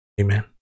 Amen